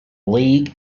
league